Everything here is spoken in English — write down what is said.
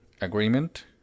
Agreement